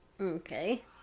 Okay